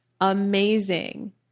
amazing